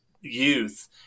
youth